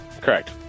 Correct